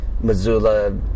Missoula